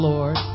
Lord